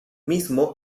mismo